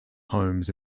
homes